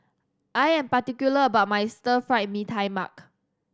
I am particular about my Stir Fried Mee Tai Mak